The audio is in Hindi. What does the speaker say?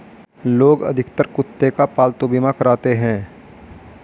लोग अधिकतर कुत्ते का पालतू बीमा कराते हैं